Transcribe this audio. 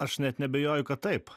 aš net neabejoju kad taip